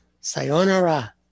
sayonara